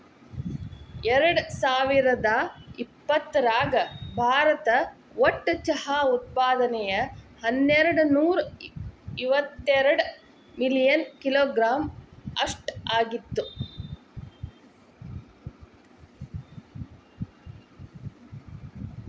ಎರ್ಡಸಾವಿರದ ಇಪ್ಪತರಾಗ ಭಾರತ ಒಟ್ಟು ಚಹಾ ಉತ್ಪಾದನೆಯು ಹನ್ನೆರಡನೂರ ಇವತ್ತೆರಡ ಮಿಲಿಯನ್ ಕಿಲೋಗ್ರಾಂ ಅಷ್ಟ ಆಗಿತ್ತು